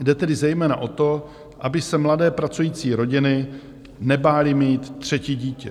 Jde tedy zejména o to, aby se mladé pracující rodiny nebály mít třetí dítě.